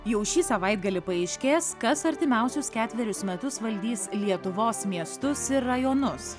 jau šį savaitgalį paaiškės kas artimiausius ketverius metus valdys lietuvos miestus ir rajonus